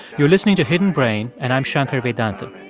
you're listening to hidden brain, and i'm shankar vedantam.